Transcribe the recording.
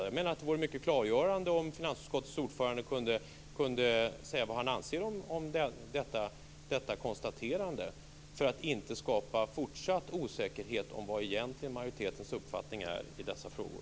Jag menar att det vore mycket klargörande om finansutskottets ordförande kunde säga vad han anser om detta konstaterande för att inte skapa fortsatt osäkerhet om vad egentligen majoritetens uppfattning är i dessa frågor.